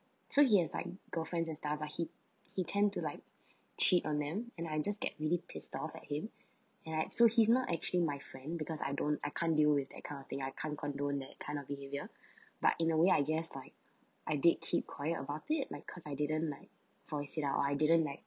so he has like girlfriends and stuff but he he tend to like cheat on them and I just get really pissed off at him and like so he's not actually my friend because I don't I can't deal with that kind of thing I can't condone that kind of behavior but in a way I guess like I did keep quiet about it like because I didn't like voice it out I didn't like